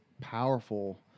powerful